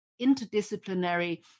interdisciplinary